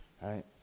right